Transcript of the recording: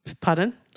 Pardon